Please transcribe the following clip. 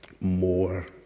more